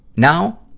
now,